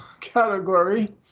Category